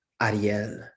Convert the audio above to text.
Ariel